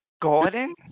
Gordon